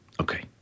okay